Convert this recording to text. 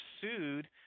sued